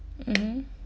mmhmm